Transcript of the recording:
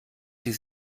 sie